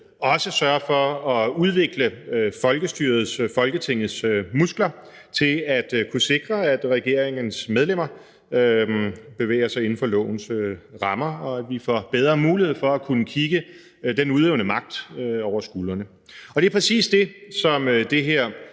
også sørger for at udvikle Folketingets muskler til at kunne sikre, at regeringens medlemmer bevæger sig inden for lovens rammer, og at vi får bedre mulighed for at kunne kigge den udøvende magt over skulderen. Det er præcis det, som det her